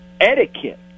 etiquette